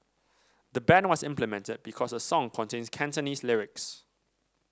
the ban was implemented because the song contains Cantonese lyrics